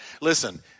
Listen